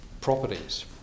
properties